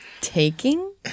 Taking